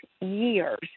years